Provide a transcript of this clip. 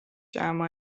jääma